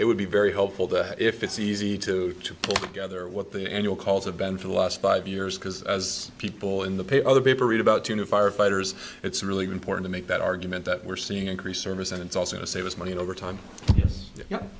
it would be very helpful that if it's easy to to put together what the annual calls have been for the last five years because as people in the pay other paper read about two firefighters it's really important to make that argument that we're seeing increase ervice and it's also to save us money over time